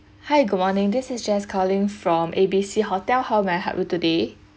hi good morning this is jess calling from A B C hotel how may I help you today